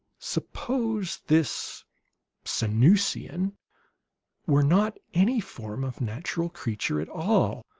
suppose this sanusian were not any form of natural creature at all,